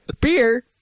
Beer